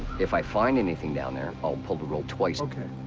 if i find anything down there, i'll pull the rope twice. ok.